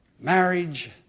marriage